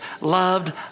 loved